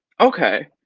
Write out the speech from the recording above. okay,